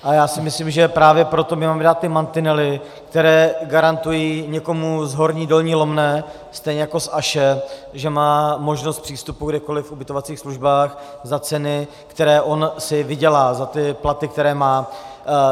A já si myslím, že právě proto my máme dát ty mantinely, které garantují někomu z Horní Dolní Lomné stejně jako z Aše, že má možnost přístupu kdekoliv v ubytovacích službách za ceny, které on si vydělá, za ty platy, které má.